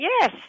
Yes